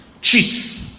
cheats